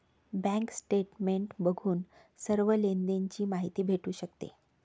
bank statement बघून सर्व लेनदेण ची माहिती भेटू शकते